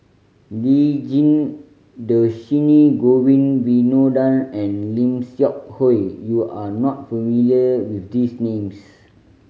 Lee Tjin Dhershini Govin Winodan and Lim Seok Hui you are not familiar with these names